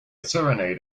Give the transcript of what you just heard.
serenade